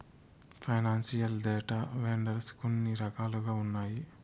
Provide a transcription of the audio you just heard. financial data vendors కొన్ని రకాలుగా ఉన్నాయి